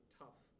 tough